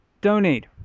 donate